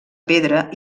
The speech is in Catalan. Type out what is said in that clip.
pedra